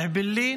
אעבלין